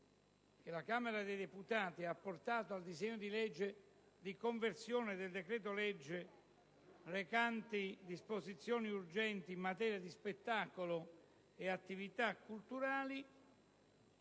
che la Camera dei deputati ha apportato al disegno di legge di conversione del decreto-legge 30 aprile 2010, n. 64, recante disposizioni urgenti in materia di spettacolo e attività culturali,